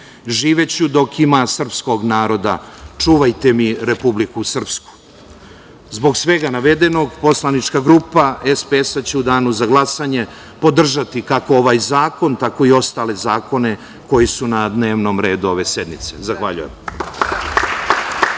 Živeću dok ima srpskog naroda. Čuvajte mi Republiku Srpsku“.Zbog svega navedenog poslanička grupa SPS će u danu za glasanje podržati kako ovaj zakon tako i ostale zakone koji su na dnevnom redu ove sednice. Zahvaljujem.